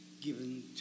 given